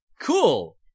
Cool